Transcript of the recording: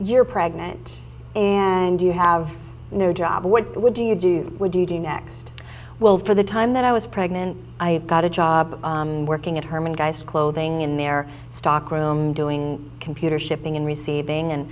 you're pregnant and you have a new job what would you do would you do next will for the time that i was pregnant i got a job working at herman guys clothing in their stock room doing computer shipping and receiving and